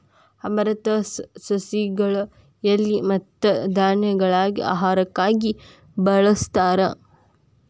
amaranthus ಸಸಿಗಳ ಎಲಿ ಮತ್ತ ಧಾನ್ಯಗಳಾಗಿ ಆಹಾರಕ್ಕಾಗಿ ಬಳಸ್ತಾರ